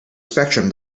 spectrum